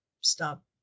Stop